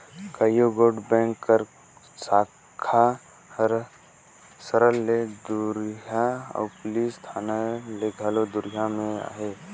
कइयो गोट बेंक कर साखा हर सहर ले दुरिहां अउ पुलिस थाना ले घलो दुरिहां में अहे